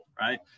right